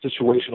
situational